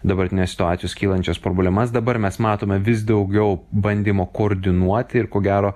dabartinės situacijos kylančias problemas dabar mes matome vis daugiau bandymų koordinuoti ir ko gero